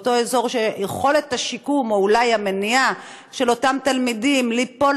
באותו אזור שיכולת השיקום או אולי המניעה של אותם תלמידים ליפול